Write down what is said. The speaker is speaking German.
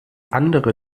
andere